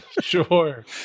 Sure